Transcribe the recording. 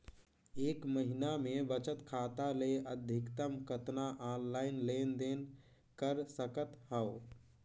एक महीना मे बचत खाता ले अधिकतम कतना ऑनलाइन लेन देन कर सकत हव?